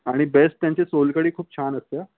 आणि बेस्ट त्यांची सोलकढी खूप छान असते